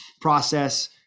process